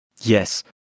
Yes